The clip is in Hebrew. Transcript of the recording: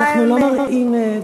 אנחנו לא מראים דברים בכנסת.